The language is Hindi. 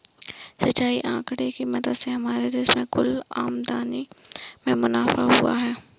सिंचाई आंकड़े की मदद से हमारे देश की कुल आमदनी में मुनाफा हुआ है